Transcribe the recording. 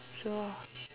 so